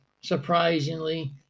surprisingly